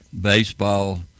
baseball